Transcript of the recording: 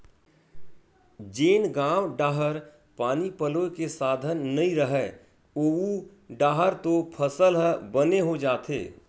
जेन गाँव डाहर पानी पलोए के साधन नइय रहय ओऊ डाहर तो फसल ह बने हो जाथे